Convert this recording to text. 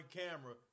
camera